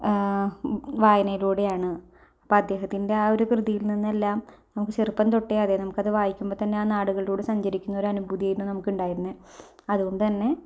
വായനയിലൂടെയാണ് അപ്പോൾ അദ്ദേഹത്തിന്റെ ആ ഒരു കൃതിയില് നിന്നെല്ലാം നമുക്ക് ചെറുപ്പം തൊട്ടേ അതെ നമുക്കത് വായിക്കുമ്പം തന്നെ ആ നാടുകളിലൂടെ സഞ്ചരിക്കുന്ന ഒരു അനുഭൂതിയാണ് നമുക്കുണ്ടായിരുന്നത് അതുകൊണ്ട് തന്നെ